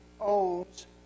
owns